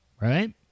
Right